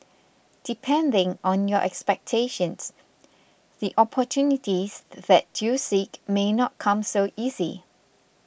depending on your expectations the opportunities that you seek may not come so easy